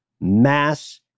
mass